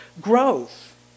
growth